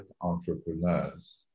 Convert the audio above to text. entrepreneurs